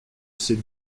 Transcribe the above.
ces